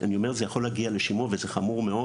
אני אומר, זה יכול להגיע לשימוע וזה חמור מאוד.